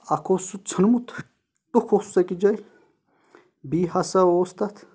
اَکھ اوس سُہ ژھیوٚنمُت ٹُکھ اوسُس أکِس جایہِ بیٚیہِ ہَسا اوس تَتھ